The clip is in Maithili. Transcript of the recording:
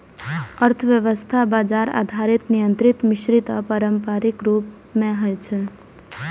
अर्थव्यवस्था बाजार आधारित, नियंत्रित, मिश्रित आ पारंपरिक रूप मे होइ छै